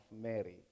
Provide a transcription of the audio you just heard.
Mary